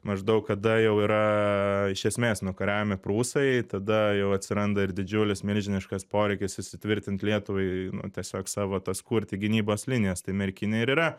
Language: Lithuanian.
maždaug kada jau yra iš esmės nukariaujami prūsai tada jau atsiranda ir didžiulis milžiniškas poreikis įsitvirtint lietuvai nu tiesiog savo tas kurti gynybos linijas tai merkinė ir yra